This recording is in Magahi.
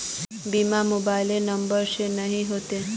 बिना मोबाईल नंबर से नहीं होते?